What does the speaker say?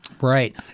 Right